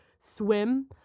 swim